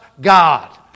God